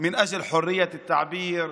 בשביל חופש הביטוי,